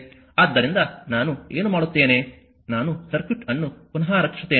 ಆದ್ದರಿಂದ ನಾನು ಏನು ಮಾಡುತ್ತೇನೆ ನಾನು ಸರ್ಕ್ಯೂಟ್ ಅನ್ನು ಪುನಃ ರಚಿಸುತ್ತೇನೆ